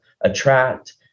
attract